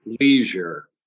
leisure